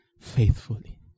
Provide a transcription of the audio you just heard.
Faithfully